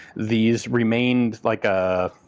these remained like a.